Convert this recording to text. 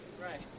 Right